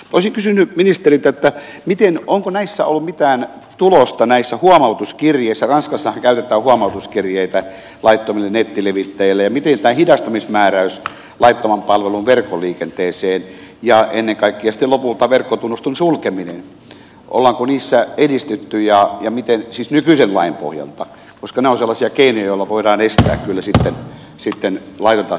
olisin kysynyt ministeriltä että onko näistä huomautuskirjeistä ollut mitään tulosta ranskassahan käytetään huomautuskirjeitä laittomille nettilevittäjille ja miten tämä hidastamismääräys laittoman palvelun verkkoliikenteeseen ja ennen kaikkea sitten lopulta verkkotunnusten sulkeminen ollaanko niissä edistytty nykyisen lain pohjalta koska ne ovat sellaisia keinoja joilla voidaan estää kyllä sitten laitonta levittämistä